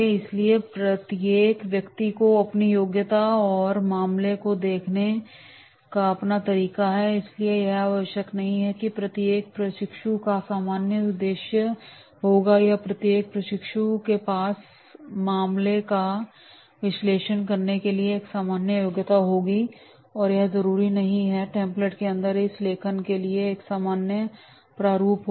इसलिए प्रत्येक व्यक्ति की अपनी योग्यता और मामले को देखने का अपना तरीका है इसलिए यह आवश्यक नहीं है कि प्रत्येक प्रशिक्षु का सामान्य उद्देश्य होगा या प्रत्येक प्रशिक्षु के पास मामले का विश्लेषण करने के लिए एक सामान्य योग्यता होगी और जरूरी नहीं होगा टेम्प्लेट के अंदर इस लेखन के लिए एक सामान्य प्रारूप होगा